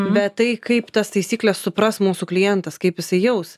bet tai kaip tas taisykles supras mūsų klientas kaip jisai jaus